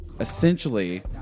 essentially